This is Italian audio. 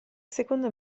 seconda